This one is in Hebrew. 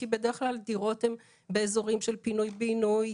כי בדרך כלל דירות הן באזורים של פינוי בינוי,